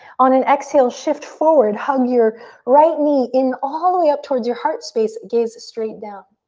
on an exhale, shift forward. hug your right knee in all the way up towards your heart space. gaze straight down.